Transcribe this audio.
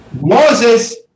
moses